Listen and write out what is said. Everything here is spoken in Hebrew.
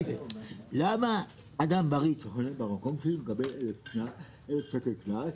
למה אדם בריא שחונה במקום שלי מקבל 1,000 שקל קנס,